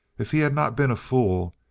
if he had not been a fool,